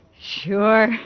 Sure